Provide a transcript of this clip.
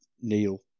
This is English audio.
Neil